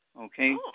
okay